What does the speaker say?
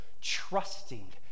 trusting